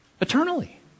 eternally